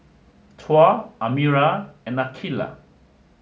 Tuah Amirah and Aqilah